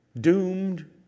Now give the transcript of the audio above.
doomed